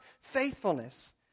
faithfulness